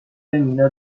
مینا